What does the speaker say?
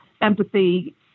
empathy